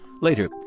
Later